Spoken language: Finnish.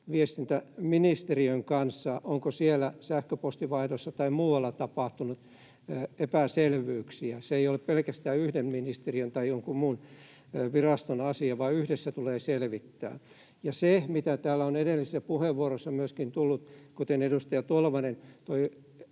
viestintäministeriön kanssa se, onko siellä sähköpostinvaihdossa tai muualla tapahtunut epäselvyyksiä. Se ei ole pelkästään yhden ministeriön tai jonkun muun viraston asia, vaan yhdessä tulee selvittää. Ja mikä täällä on edellisissä puheenvuoroissa myöskin tullut, niin kuten edustaja Tolvanen